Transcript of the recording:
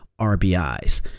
RBIs